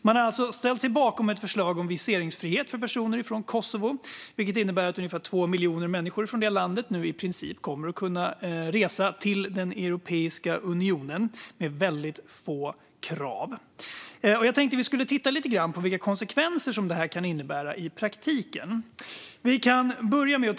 Man har alltså ställt sig bakom ett förslag om viseringsfrihet för personer från Kosovo, vilket innebär att ungefär 2 miljoner människor från detta land nu i princip kommer att kunna resa till Europeiska unionen med väldigt få krav. Man kan titta lite grann på vilka konsekvenser detta kan innebära i praktiken.